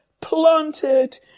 planted